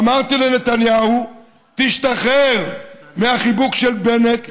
אמרתי לנתניהו: תשתחרר מהחיבוק של בנט,